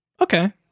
okay